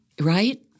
Right